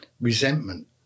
resentment